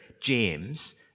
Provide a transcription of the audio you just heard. James